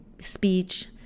speech